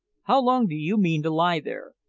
how long do you mean to lie there?